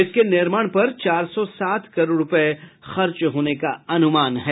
इसके निर्माण पर चार सौ सात करोड़ रूपये खर्च होने का अनुमान है